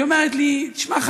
ואומרת לי: תשמע,